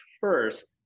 first